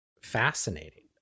fascinating